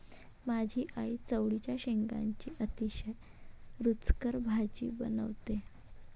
माझी आई चवळीच्या शेंगांची अतिशय रुचकर भाजी बनवते